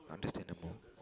understand her more